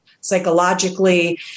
psychologically